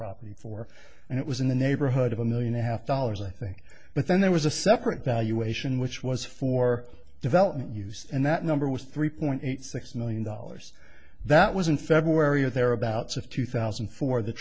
property for and it was in the neighborhood of a million a half dollars i think but then there was a separate valuation which was for development use and that number was three point eight six million dollars that was in february or thereabouts of two